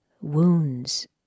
wounds